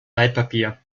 altpapier